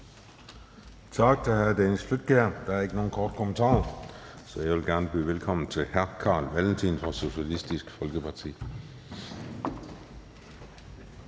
Tak til hr. Dennis Flydtkjær. Der er ikke nogen korte bemærkninger, så jeg vil gerne byde velkommen til hr. Carl Valentin fra Socialistisk Folkeparti.